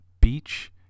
beach